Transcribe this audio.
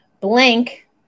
blank